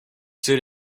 suit